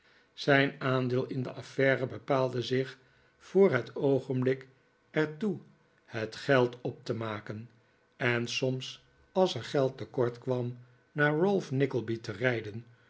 zijn aandeel in de affaire bepaalde zich voor het nikolaas nickleby oogenblik er toe het geld op te maken en soms als er geld te kort kwam naar ralph nickleby te rijden